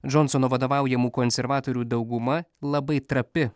džonsono vadovaujamų konservatorių dauguma labai trapi